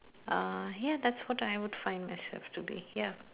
uh ya that's what I would find myself to be ya